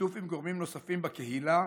בשיתוף עם גורמים נוספים בקהילה.